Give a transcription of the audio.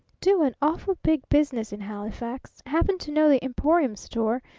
do an awful big business in halifax! happen to know the emporium store?